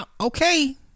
Okay